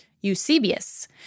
Eusebius